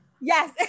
yes